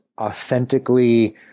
authentically –